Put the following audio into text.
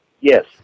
Yes